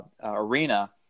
arena